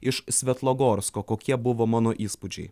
iš svetlogorsko kokie buvo mano įspūdžiai